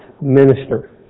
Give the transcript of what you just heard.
minister